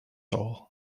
all